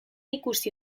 ikusi